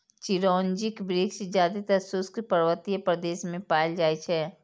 चिरौंजीक वृक्ष जादेतर शुष्क पर्वतीय प्रदेश मे पाएल जाइ छै